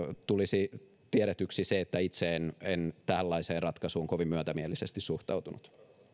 tulisi tiedetyksi se että itse en en tällaiseen ratkaisuun kovin myötämielisesti suhtautunut